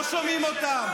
לא שומעים אותם,